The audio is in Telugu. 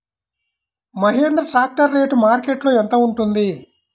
మహేంద్ర ట్రాక్టర్ రేటు మార్కెట్లో యెంత ఉంటుంది?